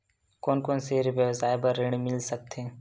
कोन कोन से व्यवसाय बर ऋण मिल सकथे?